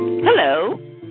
Hello